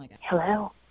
Hello